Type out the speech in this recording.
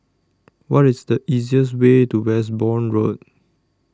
What IS The easiest Way to Westbourne Road